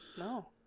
No